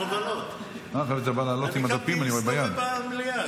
אני קמתי להסתובב במליאה,